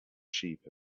sheep